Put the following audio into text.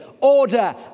order